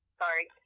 sorry